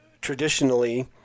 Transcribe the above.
traditionally